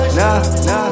nah